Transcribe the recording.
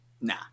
nah